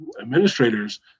administrators